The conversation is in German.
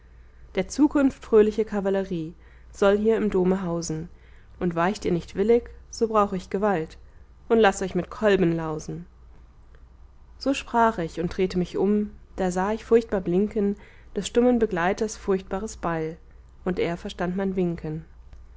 der zukunft fröhliche kavallerie soll hier im dome hausen und weicht ihr nicht willig so brauch ich gewalt und laß euch mit kolben lausen so sprach ich und ich drehte mich um da sah ich furchtbar blinken des stummen begleiters furchtbares beil und er verstand mein winken